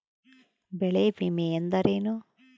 ಬೆಳೆ ವಿಮೆ ಅಂದರೇನು?